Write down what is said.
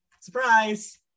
Surprise